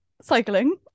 cycling